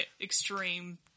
extreme